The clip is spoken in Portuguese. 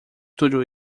tudo